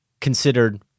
considered